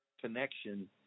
connection